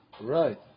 Right